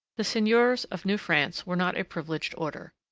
the seigneurs of new france were not a privileged order.